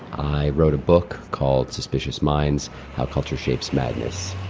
i wrote a book called suspicious minds how culture shapes madness.